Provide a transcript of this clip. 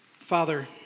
Father